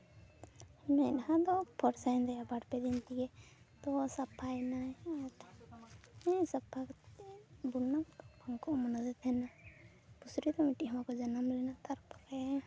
ᱢᱮᱫᱼᱦᱟ ᱫᱚ ᱯᱷᱚᱨᱥᱟᱭᱮᱱ ᱛᱟᱭᱟ ᱵᱟᱨᱼᱯᱮ ᱫᱤᱱ ᱛᱮᱜᱮ ᱛᱚ ᱥᱟᱯᱷᱟᱭᱮᱱᱟᱭ ᱤᱱᱟᱹ ᱥᱟᱯᱷᱟ ᱠᱟᱛᱮ ᱵᱨᱳᱱ ᱠᱚ ᱮᱢᱚᱱᱟᱫᱮ ᱛᱟᱦᱮᱱᱟ ᱯᱩᱥᱨᱤ ᱠᱚ ᱢᱤᱫᱴᱤᱡ ᱦᱚᱸ ᱵᱟᱠᱚ ᱡᱟᱱᱟᱢ ᱞᱮᱱᱟ ᱛᱟᱨᱯᱚᱨᱮ